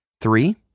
Three